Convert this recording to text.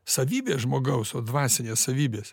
savybė ot žmogaus dvasinės savybės